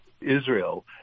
Israel